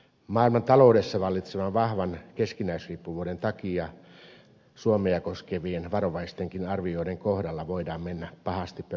maailmantaloudessa vallitsevan vahvan keskinäisriippuvuuden takia suomea koskevien varovaistenkin arvioiden kohdalla voidaan mennä pahasti pöpelikköön